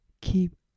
keep